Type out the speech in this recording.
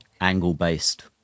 angle-based